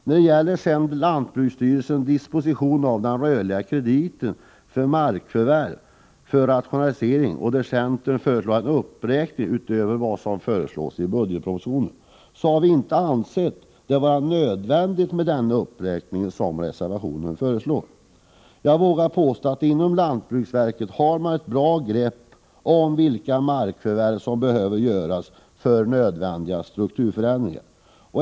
När det gäller lantbruksstyrelsens disposition av rörliga krediter för markförvärv för rationalisering föreslår centern i en reservation en uppräkning utöver vad som föreslås i budgetpropositionen. Vi har inte ansett att en sådan uppräkning är nödvändig. Jag vågar påstå att man inom lantbruksverket har ett bra grepp om vilka markförvärv som behöver göras för nödvändiga strukturförändringar.